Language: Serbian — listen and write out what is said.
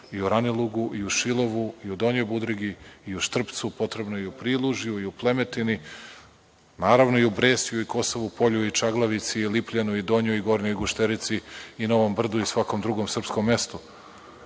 u Ranilugu, u Šilovu, u Donjoj Budrigi, u Štrpcu, potrebna je i u Prilužju, u Plemetini, naravno i u Bresju, Kosovu Polju, Čaglavici, Lipljanu i Donjoj i Gornjoj Gušterici, Novom Brdu i svakom drugom srpskom mestu,